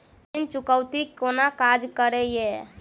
ऋण चुकौती कोना काज करे ये?